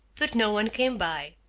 but no one came by.